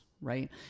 right